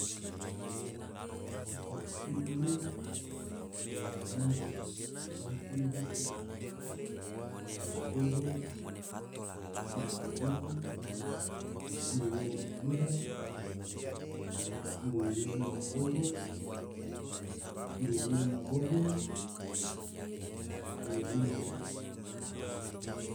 cici ciru-ciru ge ngom fo gahi ciru hutu, ciru gogo, ciru karbesi, ciru gogo ma jira, ciru yohu ma gogo, ciru gulu ma gogo, ciru gumi.